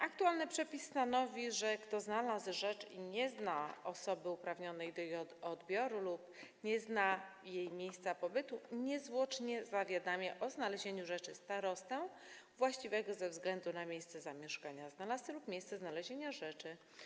Aktualny przepis stanowi, że kto znalazł rzecz i nie zna osoby uprawnionej do jej odbioru lub nie zna jej miejsca pobytu, niezwłocznie zawiadamia o znalezieniu rzeczy starostę właściwego ze względu na miejsce zamieszkania znalazcy lub miejsce znalezienia rzeczy.